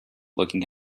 looking